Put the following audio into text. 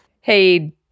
Hey